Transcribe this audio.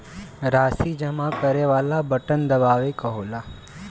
राशी जमा करे वाला बटन दबावे क होला